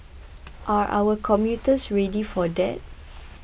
are our commuters ready for that